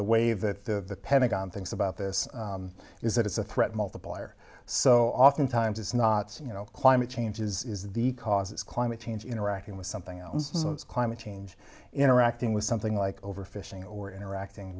the way that the pentagon thinks about this is that it's a threat multiplier so oftentimes it's not you know climate change is is the causes climate change interacting with something else so it's climate change interacting with something like overfishing or interacting